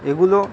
এগুলো